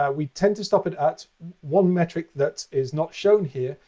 ah we tend to stop it at one metric that is not shown here,